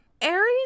Aries